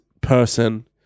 person